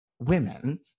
Women